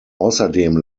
außerdem